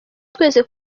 twese